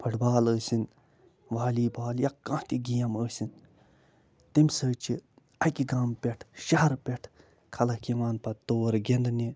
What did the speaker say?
football ٲسِن volleyball یا کانٛہہ تہِ گیم ٲسِن تَمہِ سۭتۍ چھِ اَکہِ گامہٕ پٮ۪ٹھ شہرٕ پٮ۪ٹھ خلق یِوان پتہٕ تور گِنٛدنہِ